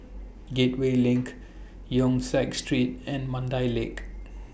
Gateway LINK Yong Siak Street and Mandai Lake